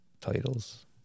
titles